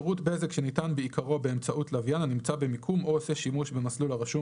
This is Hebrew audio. שניתן בעיקרו באמצעות לווין הנמצא במיקום או עושה שימוש במסלול הרשום